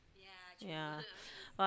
yeah !wah!